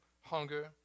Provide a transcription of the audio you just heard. hunger